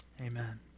amen